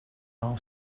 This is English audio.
our